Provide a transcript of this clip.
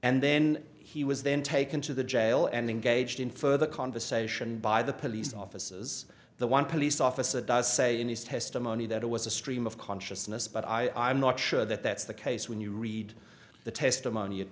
and then he was then taken to the jail and engaged in further conversation by the police offices the one police officer does say in his testimony that it was a stream of consciousness but i'm not sure that that's the case when you read the testimony it